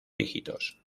dígitos